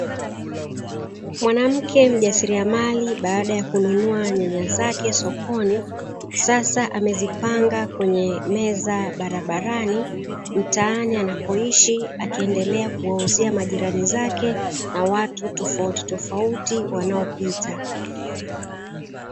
Mwanamke mjasiriamali baada ya kununua nyanya zake sokoni, sasa amezipanga kwenye meza barabarani mtaani anakoishi akiendelea kuwauzia majirani zake na watu tofautitofauti wanaopita.